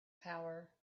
power